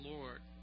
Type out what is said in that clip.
Lord